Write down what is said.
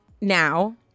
now